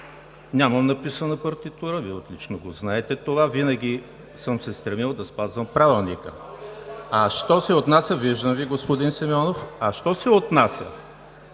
Нямам написана партитура. Вие отлично знаете това. Винаги съм се стремил да спазвам Правилника. (Шум и реплики.) Виждам Ви, господин Симеонов. А що се отнася